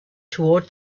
toward